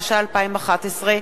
התשע"א 2011,